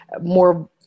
more